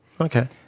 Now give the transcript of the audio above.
okay